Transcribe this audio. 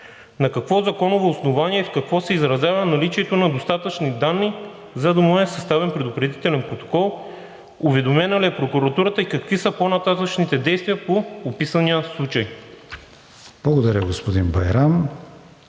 на какво законово основание и в какво се изразява наличието на достатъчно данни, за да му е съставен предупредителен протокол? Уведомена ли е прокуратурата и какви са по-нататъшните действия по описания случай? ПРЕДСЕДАТЕЛ